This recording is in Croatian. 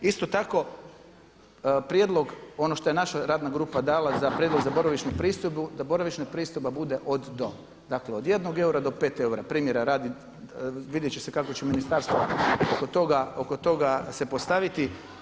Isto tako prijedlog ono što je naša radna grupa dala za prijedlog za boravišnu pristojbu, da boravišna pristojba bude od do, dakle od jednog eura do pet eura, primjera radi vidjet će se kako će ministarstvo oko toga se postaviti.